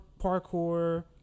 parkour